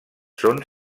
són